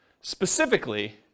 specifically